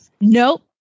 Nope